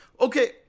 Okay